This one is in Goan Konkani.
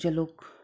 जे लोक